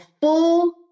full